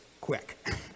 quick